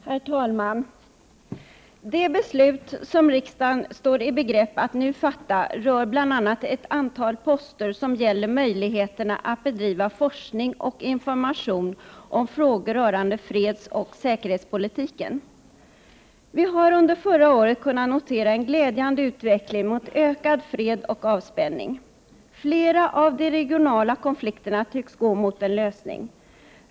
Herr talman! De beslut som riksdagen nu står i begrepp att fatta rör bl.a. ett antal poster som gäller möjligheterna att bedriva forskning och information om frågor rörande fredsoch säkerhetspolitiken. Vi har under förra året kunnat notera en glädjande utveckling mot ökad fred och avspänning. Flera av de regionala konflikterna tycks gå mot en lösning.